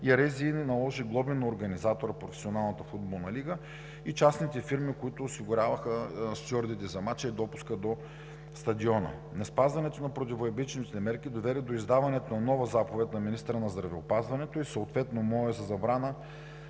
и РЗИ наложи глоби на организатора – Професионалната футболна лига и частните фирми, които осигуряваха стюардите за мача и допуска до стадиона. Неспазването на противоепидемичните мерки доведе до издаването на нова заповед на министъра на здравеопазването, и съответно моя, за забрана